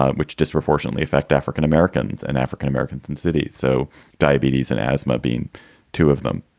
ah which disproportionately affect african-americans and african-americans in cities. so diabetes and asthma being two of them.